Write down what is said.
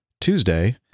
Tuesday